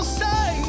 say